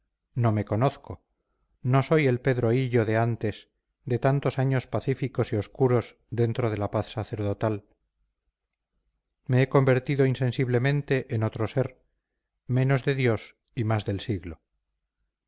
no me conozco no soy el pedro hillo de antes de tantos años pacíficos y obscuros dentro de la paz sacerdotal me he convertido insensiblemente en otro ser menos de dios y más del siglo